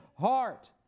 heart